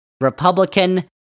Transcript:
Republican